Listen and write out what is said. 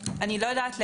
אני לא יודעת להגיד,